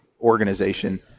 organization